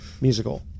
musical